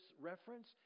reference